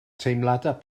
teimladau